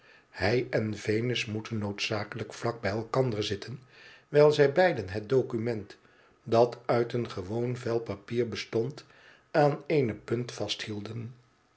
hij en venus moeten noodzakelijk vlak bij elkander zitten wijl zij beiden het document dat uit een gewoon vel papier bestond aan eene punt vasthielden